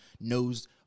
knows